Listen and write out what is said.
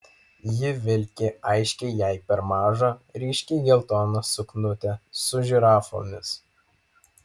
ji vilki aiškiai jai per mažą ryškiai geltoną suknutę su žirafomis